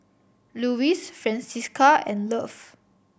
Lewis Francisca and Love